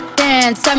dance